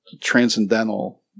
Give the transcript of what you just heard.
transcendental